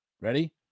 Ready